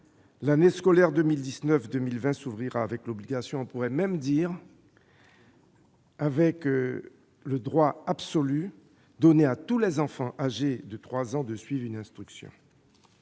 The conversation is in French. l'année scolaire 2019-2020 s'ouvrira avec l'obligation, et même avec le droit absolu, pour tous les enfants âgés de 3 ans, de suivre une instruction.